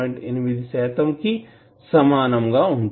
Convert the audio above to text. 8 శాతం కి సమానం గా ఉంటుంది